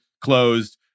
closed